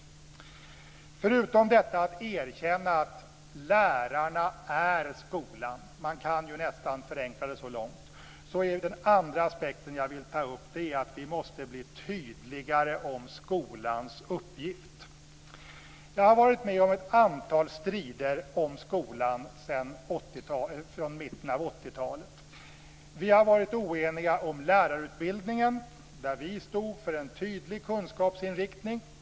Förutom detta att erkänna att lärarna är skolan - man kan nästan förenkla det så långt - är den andra aspekten jag vill ta upp att vi måste bli tydligare om skolans uppgift. Jag har varit med om ett antal strider om skolan från mitten av 80-talet. Vi har varit oeniga om lärarutbildningen, där vi i Folkpartiet stod för en tydlig kunskapsinriktning.